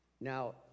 Now